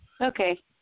Okay